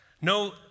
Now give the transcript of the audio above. No